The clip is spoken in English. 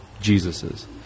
Jesus's